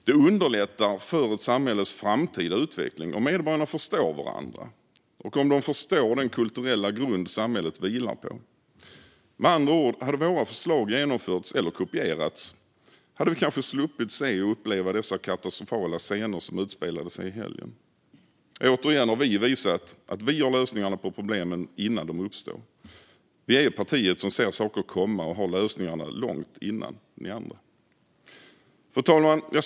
Det underlättar för ett samhälles framtida utveckling om medborgarna förstår varandra och om de förstår den kulturella grund som samhället vilar på. Med andra ord: Hade våra förslag genomförts eller kopierats hade vi kanske sluppit se och uppleva de katastrofala scener som utspelade sig i helgen. Återigen har vi visat att vi har lösningarna på problemen innan de uppstår. Vi är partiet som ser saker komma och har lösningarna långt före er andra. Fru talman!